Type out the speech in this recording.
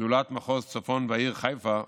זולת מחוז צפון והעיר חיפה,